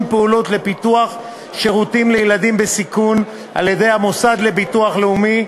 פעולות לפיתוח שירותים לילדים בסיכון על-ידי המוסד לביטוח לאומי,